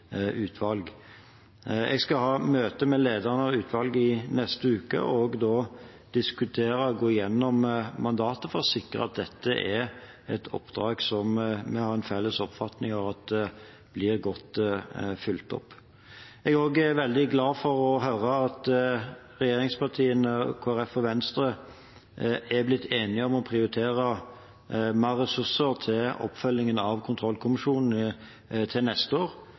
Jeg skal ha møte med lederen av utvalget i neste uke og gå gjennom mandatet for å sikre at dette er et oppdrag som vi har en felles oppfatning av at blir godt fulgt opp. Jeg er også veldig glad for å høre at regjeringspartiene, Kristelig Folkeparti og Venstre er blitt enige om å prioritere mer ressurser til oppfølging av kontrollkommisjonene til neste år.